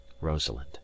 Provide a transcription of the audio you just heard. Rosalind